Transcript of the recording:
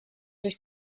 durch